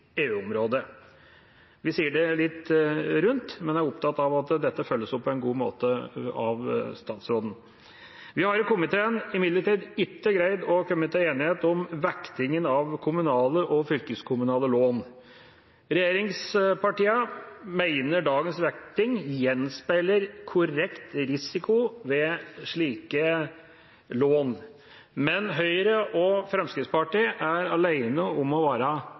Vi sier det litt rundt, men er opptatt av at dette følges opp på en god måte av statsråden. Vi har i komiteen imidlertid ikke greid å komme til enighet om vektinga av kommunale og fylkeskommunale lån. Regjeringspartiene mener dagens vekting gjenspeiler korrekt risiko ved slike lån, men Høyre og Fremskrittspartiet er alene om å